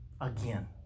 Again